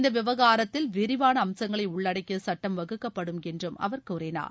இந்த விவகாரத்தில் விரிவான அம்சங்களை உள்ளடக்கிய சட்டம் வகுக்கப்படும் என்று அவர் கூறினார்